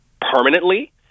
permanently